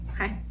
okay